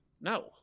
No